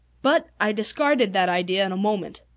but, i discarded that idea in a moment.